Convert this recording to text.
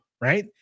right